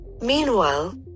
Meanwhile